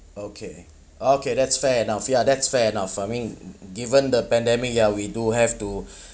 okay okay that's fair enough ya that's fair enough I mean given the pandemic ya we do have to